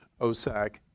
OSAC